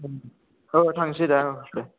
अ थांनोसै दे अ दे